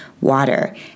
water